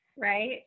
right